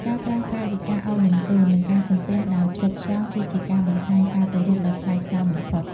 ការប្រើកាយវិការឱនលំទោន និងការសំពះដោយផ្ចិតផ្ចង់គឺជាការបង្ហាញការគោរពដ៏ថ្លៃថ្លាបំផុត។